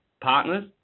partners